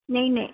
ਨਹੀਂ ਨਹੀਂ